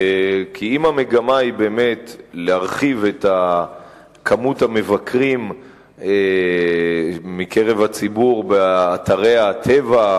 כי אם המגמה היא באמת להרחיב את כמות המבקרים מקרב הציבור באתרי הטבע,